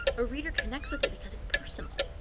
a reader connects with it because it's personal.